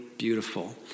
beautiful